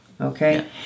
Okay